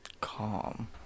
calm